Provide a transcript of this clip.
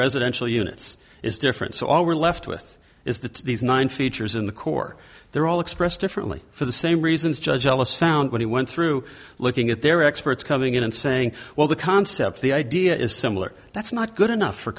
residential units is different so all we're left with is that these nine features in the core they're all expressed differently for the same reasons judge ellis found when he went through looking at their experts coming in and saying well the concept the idea is similar that's not good enough for